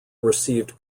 received